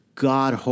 God